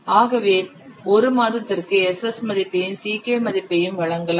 ஆகவே 1 மாதத்திற்கு Ss மதிப்பையும் Ck மதிப்பையும் வழங்கலாம்